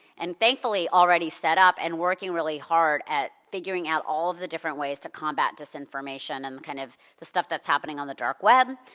and thankfully, already set up and working really hard at figuring out all of the different ways to combat disinformation and the kind of, the stuff that's happening on the dark web,